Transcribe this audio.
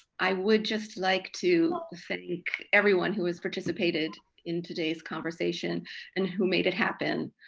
i would just like to thank everyone who has participated in today's conversation and who made it happen.